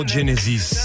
Genesis